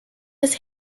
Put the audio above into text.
his